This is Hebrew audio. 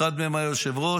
אחד מהם היה יושב-ראש,